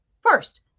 first